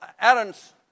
Aaron's